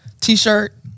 T-shirt